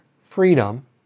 freedom